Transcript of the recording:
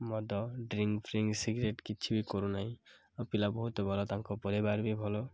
ମଦ ଡ୍ରିଙ୍କ ଫ୍ରିଙ୍କ ସିଗାରେଟ୍ କିଛି ବି କରୁନାହିଁ ଆଉ ପିଲା ବହୁତ ଭଲ ତାଙ୍କ ପରିବାର ବି ଭଲ